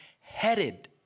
headed